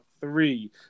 three